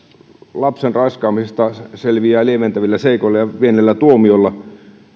lapsen raiskaamisesta selviää lieventävillä seikoilla ja pienellä tuomiolla